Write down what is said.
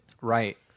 Right